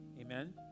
Amen